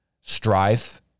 strife